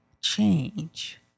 change